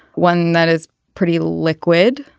one that is pretty liquid